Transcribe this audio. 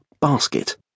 basket